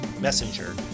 messenger